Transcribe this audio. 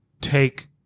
take